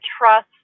trust